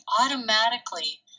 automatically